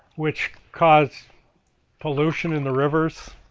which caused pollution in the rivers.